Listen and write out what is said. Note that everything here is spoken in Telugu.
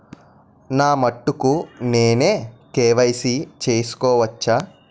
నా మటుకు నేనే కే.వై.సీ చేసుకోవచ్చా?